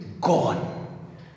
gone